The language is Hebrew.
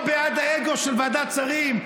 או בעד האגו של ועדת שרים,